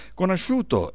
conosciuto